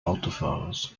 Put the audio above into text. autofahrers